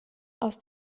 aus